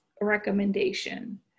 recommendation